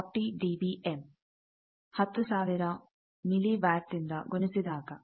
10000 milliwatt ದಿಂದ ಗುಣಿಸಿದಾಗ